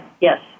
Yes